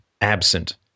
absent